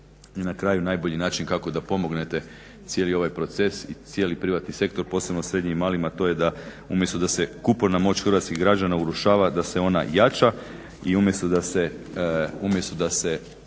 na kraju najbolji način kako da pomognete cijeli ovaj proces i cijeli privatni sektor posebno srednjima i malima a to je da umjesto da se kupovna moć hrvatskih građana urušava da se ona jača i umjesto da se